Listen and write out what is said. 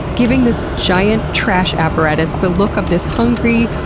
giving this giant trash apparatus the look of this hungry,